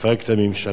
לפרק את הממשלה,